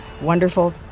wonderful